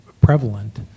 prevalent